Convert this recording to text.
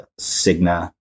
Cigna